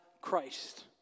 Christ